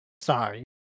Sorry